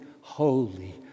holy